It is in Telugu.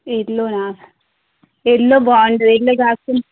యెల్లోనా యెల్లో బాగుంటుంది యెల్లో